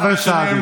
חבר הכנסת סעדי.